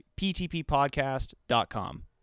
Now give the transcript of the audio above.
ptppodcast.com